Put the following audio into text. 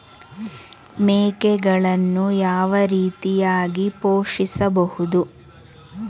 ಮೇಕೆಗಳನ್ನು ಯಾವ ರೀತಿಯಾಗಿ ಪೋಷಿಸಬಹುದು?